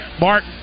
Mark